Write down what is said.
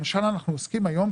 למשל אנחנו עוסקים היום,